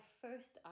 first